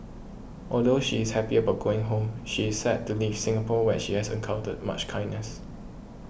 although she is happy about going home she is sad to leave Singapore where she has encountered much kindness